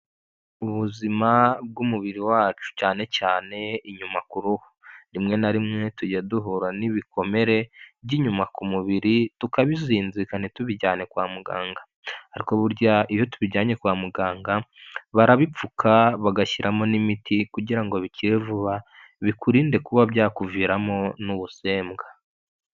Ubuzima bw'umubiri wacu cyane cyane inyuma ku ruhu rimwe na rimwe tujya duhura n'ibikomere by'inyuma ku mubiri tukabizinzikana tubijyane kwa muganga ariko burya iyo tubijyanye kwa muganga barabipfuka bagashyiramo n'imiti kugira ngo bikire vuba bikuririnde kuba byakuviramo n'ubusembwa.